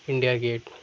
India gate